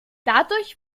dadurch